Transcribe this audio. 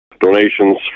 donations